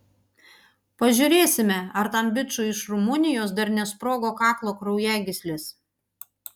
pažiūrėsime ar tam bičui iš rumunijos dar nesprogo kaklo kraujagyslės